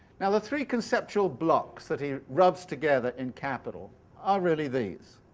now, the three conceptual blocks that he rubs together in capital are really these